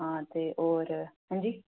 हां ते होर हंजी